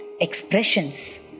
expressions